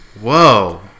Whoa